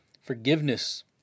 forgiveness